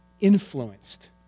influenced